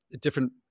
Different